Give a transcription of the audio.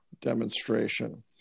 demonstration